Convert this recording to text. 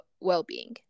well-being